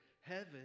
Heaven